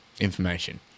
information